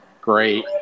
Great